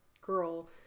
girl